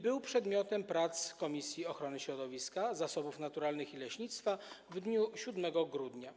Był on przedmiotem prac Komisji Ochrony Środowiska, Zasobów Naturalnych i Leśnictwa w dniu 7 grudnia.